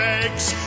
eggs